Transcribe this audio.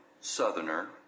Southerner